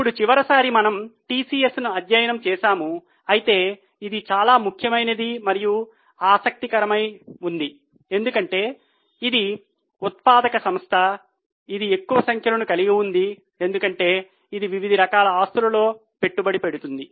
ఇప్పుడు చివరిసారి మనము టిసిఎస్ను అధ్యయనం చేసాము అయితే ఇది చాలా ముఖ్యమైనది మరియు ఆసక్తికరంగా ఉంది ఎందుకంటే ఇది ఉత్పాదక సంస్థ ఇది ఎక్కువ సంఖ్యలను కలిగి ఉంది ఎందుకంటే ఇది వివిధ రకాల ఆస్తులలో పెట్టుబడి పెడుతుంది